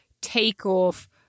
takeoff